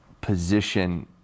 position